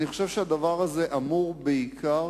אני חושב שהדבר הזה אמור בעיקר